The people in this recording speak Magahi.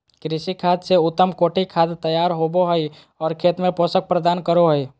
कृमि खाद से उत्तम कोटि खाद तैयार होबो हइ और खेत में पोषक प्रदान करो हइ